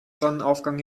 sonnenaufgang